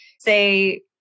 say